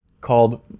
called